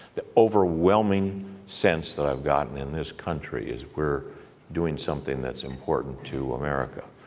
the overwhelming sense that i have gotten in this country is we're doing something that's important to america.